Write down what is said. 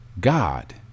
God